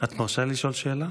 את מרשה לי לשאול שאלה?